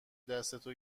دستتو